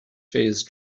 phase